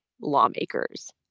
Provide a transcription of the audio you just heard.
lawmakers